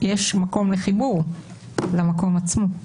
יש ערך בחיבור למקום עצמו.